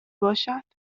باشد